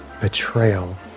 betrayal